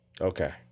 Okay